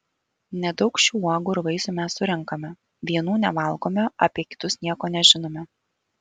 nedaug šių uogų ir vaisių mes surenkame vienų nevalgome apie kitus nieko nežinome